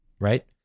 right